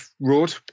road